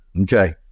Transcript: okay